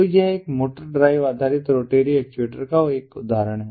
तो यह एक मोटर ड्राइव आधारित रोटरी एक्चुएटर का एक उदाहरण है